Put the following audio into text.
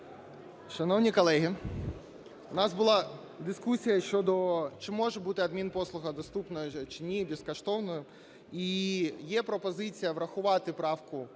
Шановні колеги, у нас була дискусія щодо, чи може бути адмінпослуга доступною, чи ні, і безкоштовною. І є пропозиція врахувати правку